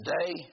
today